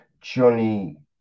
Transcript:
Johnny